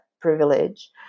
privilege